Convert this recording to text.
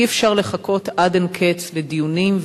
אי-אפשר לחכות עד אין קץ לדיונים,